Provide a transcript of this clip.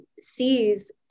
sees